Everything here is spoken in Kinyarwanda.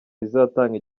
rizatanga